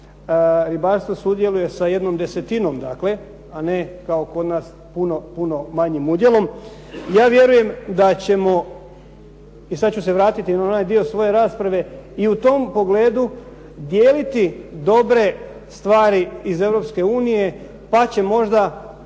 ribarstvo sudjeluje sa 1/10 a ne kao kod nas puno manjim udjelom. Ja vjerujem da ćemo, i sad ću se vratiti na onaj dio svoje rasprave, i u tom pogledu dijeliti dobre stvari iz EU pa će možda